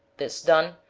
this done,